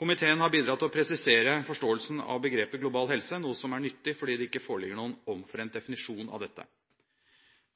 Komiteen har bidratt til å presisere forståelsen av begrepet «global helse», noe som er nyttig fordi det ikke foreligger noen omforent definisjon av dette.